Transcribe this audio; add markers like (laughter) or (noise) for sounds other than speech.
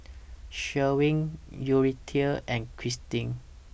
(noise) Sherwin Yuridia and Kristin